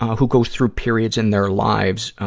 who go through periods in their lives, ah,